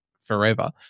forever